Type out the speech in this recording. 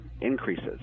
increases